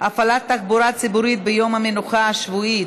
הפעלת תחבורה ציבורית ביום המנוחה השבועי,